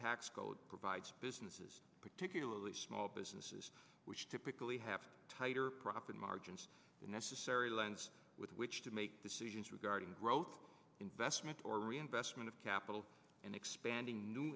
tax code provides businesses particularly small businesses which typically have tighter profit margins than necessary lines with which to make decisions regarding growth investment or reinvestment of capital and expanding new